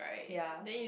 ya